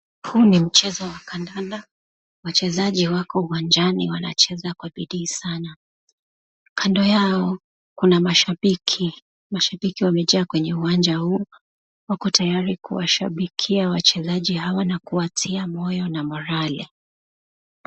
Huu ni mchezo wa kandanda wachezaji wako uwanjani wanacheza kwa bidii sana kando yao kuna mashabiki wamejaa kwenye uwanja huu wako tayari kuwashabikia wachezaji hawa na kuwatia moyo na (cs)morale(cs).